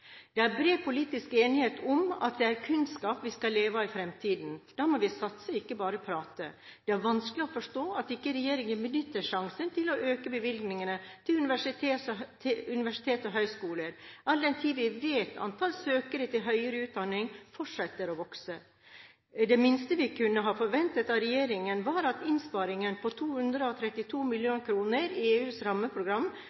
Det er bred politisk enighet om at det er kunnskap vi skal leve av i fremtiden. Da må vi satse, ikke bare prate. Det er vanskelig å forstå at ikke regjeringen benytter sjansen til å øke bevilgningene til universiteter og høyskoler, all den tid vi vet antall søkere til høyere utdanning fortsetter å vokse. Det minste vi kunne ha forventet av regjeringen, var at innsparingen på 232